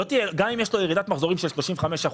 גם אם יש לו ירידת מחזורים של 35%,